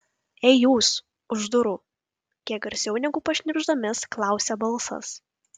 ei jūs už durų kiek garsiau negu pašnibždomis klausia balsas